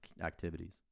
activities